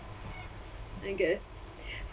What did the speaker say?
I guess